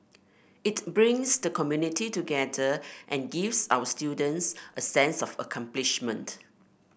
it brings the community together and gives our students a sense of accomplishment